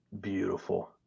beautiful